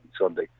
Sunday